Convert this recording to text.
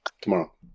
Tomorrow